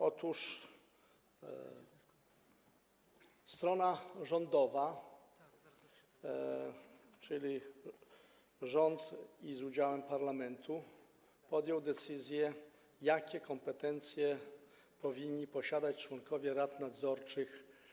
Otóż strona rządowa, czyli rząd, z udziałem parlamentu podjęła decyzję co do tego, jakie kompetencje powinni posiadać członkowie rad nadzorczych.